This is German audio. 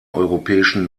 europäischen